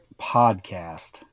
podcast